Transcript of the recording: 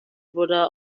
brother